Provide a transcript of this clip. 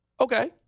Okay